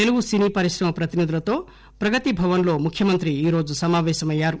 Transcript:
తెలుగు సినీ పరిశ్రమ ప్రతినిధులతో ప్రగతి భవన్ లో ముఖ్యమంత్రి ఈరోజు సమాపేశమయ్యారు